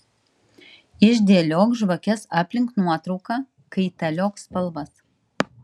išdėliok žvakes aplink nuotrauką kaitaliok spalvas